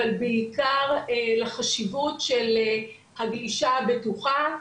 אבל בעיקר לחשיבות של הגלישה הבטוחה,